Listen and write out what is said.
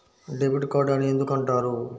Debit card అని ఎందుకు అంటారు?